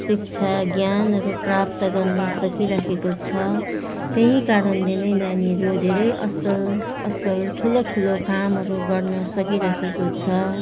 शिक्षा ज्ञानहरू प्राप्त गर्नु सकिराखेको छ त्यही कारणले नै नानीहरू धेरै असल असल ठुलो ठुलो कामहरू गर्न सकिराखेको छ